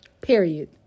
Period